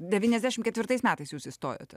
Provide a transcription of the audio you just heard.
devyniasdešim ketvirtais metais jūs įstojote